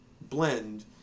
blend